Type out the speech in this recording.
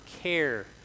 care